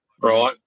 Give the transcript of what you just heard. right